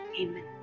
Amen